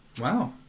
wow